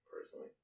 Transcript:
personally